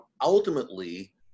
ultimately